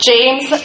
James